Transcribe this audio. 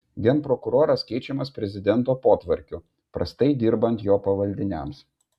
genprokuroras keičiamas prezidento potvarkiu prastai dirbant jo pavaldiniams